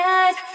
eyes